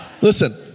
Listen